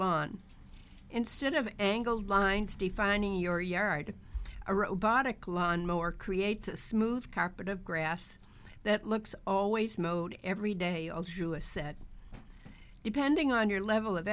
lawn instead of angled lines defining your yard a robotic lawn mower creates a smooth carpet of grass that looks always mowed every day altruist said depending on your level of